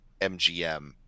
MGM